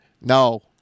No